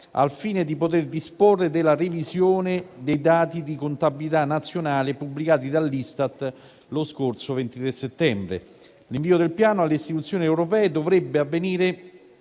al fine di poter disporre della revisione dei dati di contabilità nazionale pubblicati dall'Istat lo scorso 23 settembre. L'invio del Piano alle istituzioni europee dovrebbe avvenire